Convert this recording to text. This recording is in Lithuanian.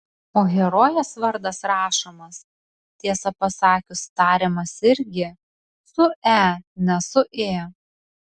o herojės vardas rašomas tiesą pasakius tariamas irgi su e ne su ė